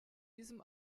diesem